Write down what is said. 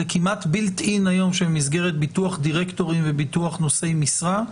וזה כמעט בילט-אין היום שבמסגרת ביטוח דירקטורים וביטוח נושאי משרה,